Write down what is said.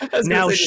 now